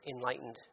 enlightened